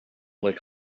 lick